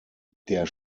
der